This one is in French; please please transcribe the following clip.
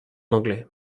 anglais